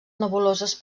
nebuloses